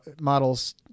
models